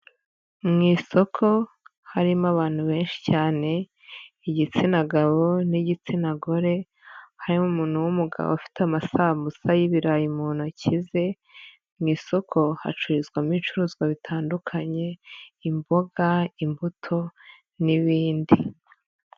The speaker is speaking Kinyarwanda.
Mu isoko harimo abantu benshi cyane, igitsina gabo n'igitsina gore, harimo umuntu w'umugabo ufite amasambusa y'ibirayi mu ntoki ze, mu isoko hacururizwamo ibicuruzwa bitandukanye, imboga imbuto n'ibindi.